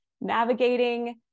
navigating